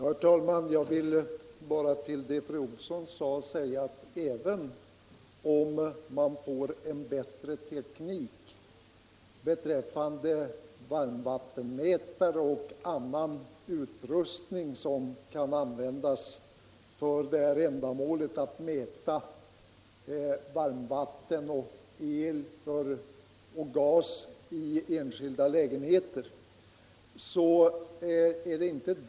Herr talman! Med anledning av vad fru Olsson i Hölö sade vill jag bara påpeka, att även om man får en bättre teknik när det gäller varmvattenmätare och annan utrustning för att mäta förbrukningen av varmvatten, el och gas i enskilda lägenheter, så är inte problemet löst.